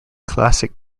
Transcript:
classic